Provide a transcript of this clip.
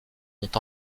ont